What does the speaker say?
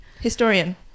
Historian